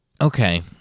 Okay